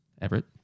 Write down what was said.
Everett